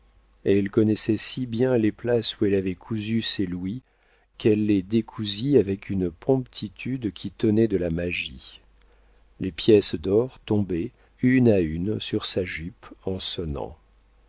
elle connaissait si bien les places où elle avait cousu ses louis qu'elle les décousit avec une promptitude qui tenait de la magie les pièces d'or tombaient une à une sur sa jupe en sonnant